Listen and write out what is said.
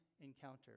encounter